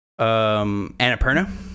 Annapurna